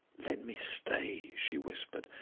let me stay, she whispered,